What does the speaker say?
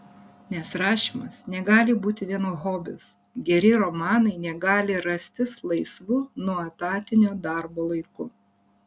nes rašymas negali būti vien hobis geri romanai negali rastis laisvu nuo etatinio darbo laiku